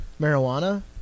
marijuana